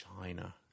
China